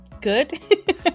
Good